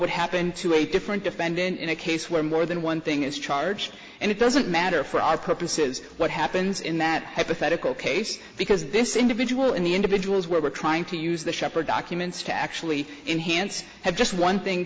would happen to a different defendant in a case where more than one thing is charged and it doesn't matter for our purposes what happens in that hypothetical case because this individual and the individuals we're trying to use the shepherd documents to actually enhance have just one thing